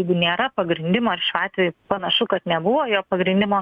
jeigu nėra pagrindimo ir šiuo atveju panašu kad nebuvo jo pagrindimo